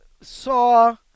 saw